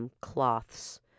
cloths